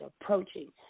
approaching